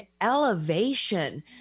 elevation